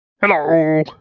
Hello